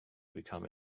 become